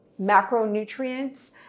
macronutrients